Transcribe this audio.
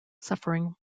suffering